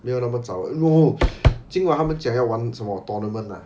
没有那么早 no 今晚他们讲要玩什么 tournament ah